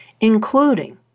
including